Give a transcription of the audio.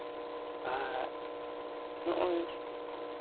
ᱟᱨ ᱱᱚᱜᱼᱚᱭ